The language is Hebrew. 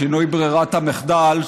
שינוי ברירת המחדל),